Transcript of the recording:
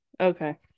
Okay